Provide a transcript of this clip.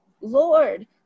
Lord